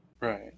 Right